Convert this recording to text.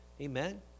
Amen